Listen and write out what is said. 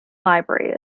library